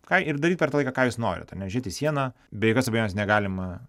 ką ir daryt per tą laiką ką jūs norit ar ne žiūrėt į sieną be jokios abejonės negalima